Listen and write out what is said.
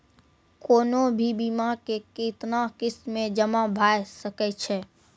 कोनो भी बीमा के कितना किस्त मे जमा भाय सके छै?